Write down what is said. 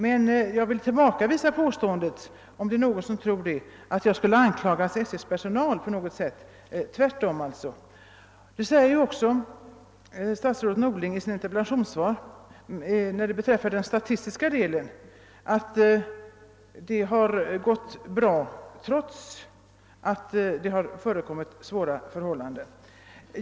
Jag vill alltså tillbakavisa påståendet att jag — om det nu är någon som tror det — skulle ha anklagat SJ:s personal. Det förhåller sig tvärtom. Statsrådet Norling säger också i interpellationssvaret, när det gäller den statistiska delen, att det har gått bra trots att det rått svåra förhållanden.